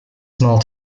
small